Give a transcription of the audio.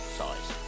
size